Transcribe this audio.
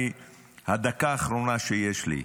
הדקה האחרונה שיש לי,